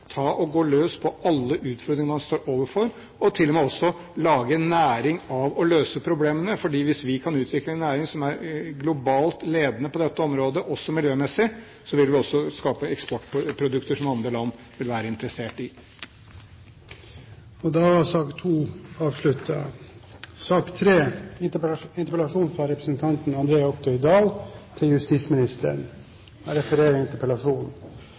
gå løs på alle utfordringer man står overfor, og til og med også lage en næring av å løse problemene. For hvis vi kan utvikle en næring som er globalt ledende på dette området også miljømessig, vil vi også skape eksportprodukter som andre land vil være interessert i. Debatten i sak nr. 2 er